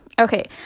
Okay